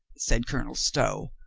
said colonel stow,